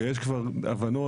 ויש כבר הבנות,